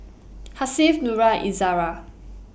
Hasif Nura Izara